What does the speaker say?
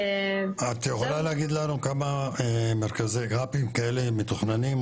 את יכולה להגיד לנו כמה מרכזי גרפים כאלה מתוכננים,